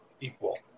equal